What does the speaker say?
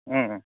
ओम